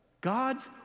God's